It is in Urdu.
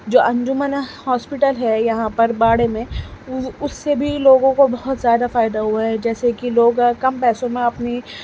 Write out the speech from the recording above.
جو انجمن ہاسپیٹل ہے یہاں پر باڑے میں اس سے بھی لوگوں کو بہت زیادہ فائدہ ہوا ہے جیسے کہ لوگ کم پیسوں میں اپنی جو